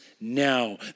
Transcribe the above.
now